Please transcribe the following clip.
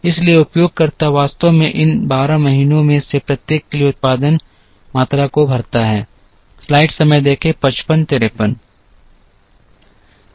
इसलिए उपयोगकर्ता वास्तव में इन 12 महीनों में से प्रत्येक के लिए उत्पादन मात्रा को भरता है